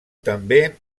també